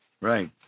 Right